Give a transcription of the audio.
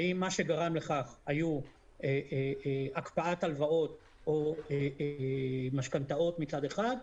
האם מה שגרם לכך היה הקפאת ההלוואות או משכנתאות מצד אחד,